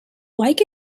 like